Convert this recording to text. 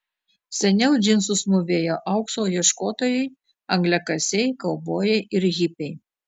seniau džinsus mūvėjo aukso ieškotojai angliakasiai kaubojai ir hipiai